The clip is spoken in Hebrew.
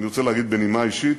אני רוצה להגיד, בנימה אישית,